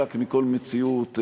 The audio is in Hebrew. והמנותק מכל מציאות,